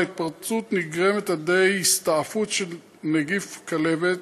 ההתפרצות נגרמת על ידי הסתעפות של נגיף הכלבת,